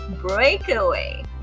breakaway